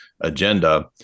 agenda